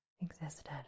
existed